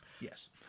Yes